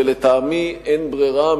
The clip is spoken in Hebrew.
ולטעמי אין ברירה,